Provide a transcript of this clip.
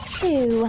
two